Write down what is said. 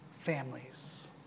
families